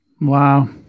Wow